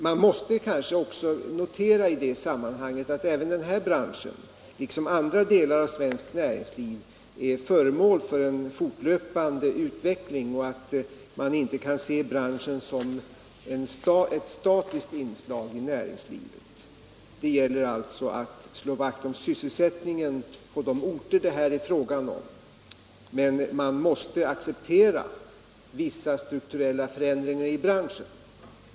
Man måste i detta sammanhang notera att denna bransch liksom andra delar av svenskt näringsliv är föremål för en fortlöpande utveckling och att man inte kan se branschen som ett statiskt inslag i näringslivet. Det gäller alltså att slå vakt om sysselsättningen på de orter det här är fråga om. Men man måste acceptera vissa strukturella förändringar i branschen.